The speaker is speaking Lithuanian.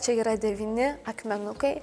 čia yra devyni akmenukai